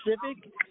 Pacific